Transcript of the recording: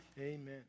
Amen